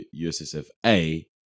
USSFA